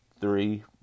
three